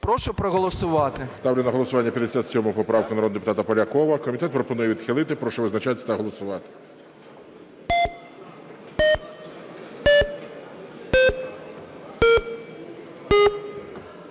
Прошу проголосувати. ГОЛОВУЮЧИЙ. Ставлю на голосування 57 поправку народного депутата Полякова. Комітет пропонує відхилити. Прошу визначатись та голосувати.